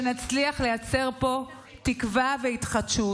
שנצליח לייצר פה תקווה והתחדשות.